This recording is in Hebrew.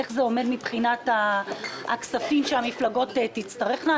איך זה ייתכן מבחינת הכספים שהמפלגות תצטרכנה.